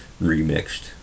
remixed